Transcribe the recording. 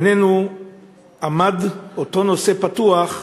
עמד בינינו אותו נושא פתוח,